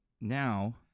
now